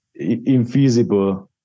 infeasible